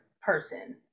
person